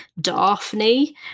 Daphne